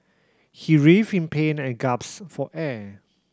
he writhed in pain and gasped for air